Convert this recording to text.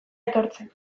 etortzen